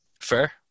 fair